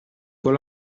con